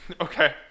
Okay